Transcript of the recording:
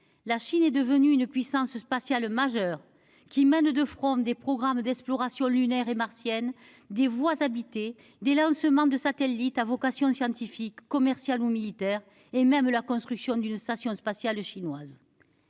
La Chine est devenue une puissance spatiale majeure, qui mène de front des programmes d'exploration lunaire et martienne, des vols habités, des lancements de satellites à vocation scientifique, commerciale ou militaire, et même la construction d'une station spatiale chinoise.